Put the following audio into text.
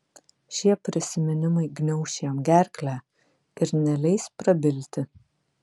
šie prisiminimai gniauš jam gerklę ir neleis prabilti